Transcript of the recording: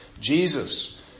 Jesus